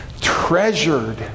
treasured